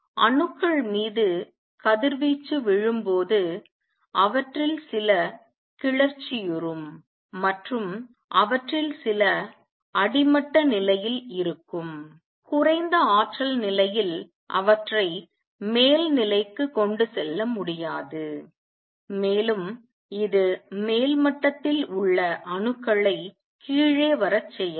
அணுக்கள் மீது கதிர்வீச்சு விழும்போது அவற்றில் சில கிளர்ச்சியுறும் மற்றும் அவற்றில் சில அடிமட்ட நிலையில் இருக்கும் குறைந்த ஆற்றல் நிலையில் அவற்றை மேல் நிலைக்கு கொண்டு செல்ல முடியாது மேலும் இது மேல் மட்டத்தில் உள்ள அணுக்களை கீழே வரச் செய்யலாம்